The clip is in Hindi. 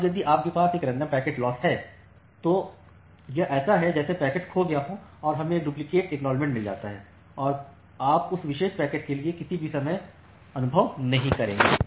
अब यदि आपके पास एक रैंडम पैकेट्स लॉस है तो यह ऐसा है जैसे पैकेट्स खो गया हो और हमें एक डुप्लिकेट एकनॉलेजमेन्ट मिल जाता है और आप उस विशेष पैकेट्स के लिए किसी भी समय अनुभव नहीं करेंगे